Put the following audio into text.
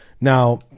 Now